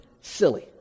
silly